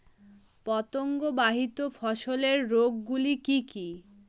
পতঙ্গবাহিত ফসলের রোগ গুলি কি কি?